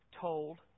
told